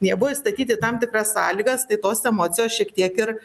jie buvo įstatyti į tam tikras sąlygas tai tos emocijos šiek tiek ir